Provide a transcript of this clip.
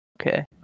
okay